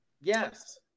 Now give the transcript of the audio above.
yes